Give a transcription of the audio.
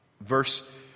Verse